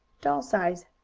doll size.